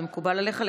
זה מקובל עליך?